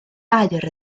aur